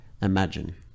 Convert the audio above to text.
imagine